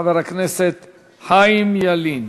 חבר הכנסת חיים ילין.